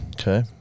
Okay